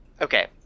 okay